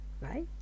right